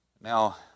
Now